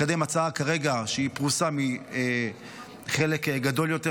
לקדם כרגע הצעה שהיא פרוסה מחלק גדול יותר.